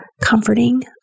comforting